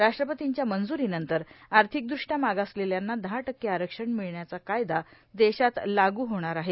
राष्ट्रपतींच्या मंजुरीनंतर आर्थिकदृष्ट्या मागासलेल्यांना दहा टक्के आरक्षण मिळण्याचा कायदा देशात लागू होणार आहे